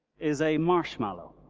is a marshmallow.